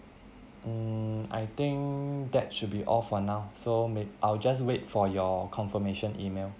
mm I think that should be all for now so may I'll just wait for your confirmation E-mail